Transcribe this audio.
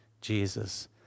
Jesus